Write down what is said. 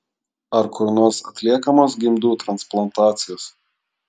ar kur nors atliekamos gimdų transplantacijos